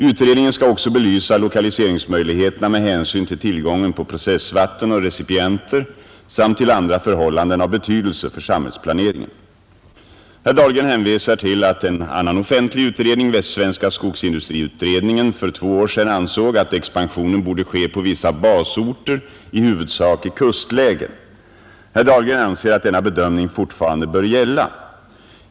Utredningen skall också belysa lokaliseringsmöjligheterna med hänsyn till tillgången på processvatten och recipienter samt till andra förhållanden av betydelse för samhällsplaneringen. Herr Dahlgren hänvisar till att en annan offentlig utredning — västsvenska skogsindustriutredningen — för två år sedan ansåg att 41 expansionen borde ske på vissa basorter i huvudsak i kustlägen. Herr Dahlgren anser att denna bedömning fortfarande bör gälla.